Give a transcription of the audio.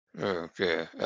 Okay